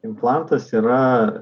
implantas yra